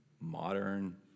modern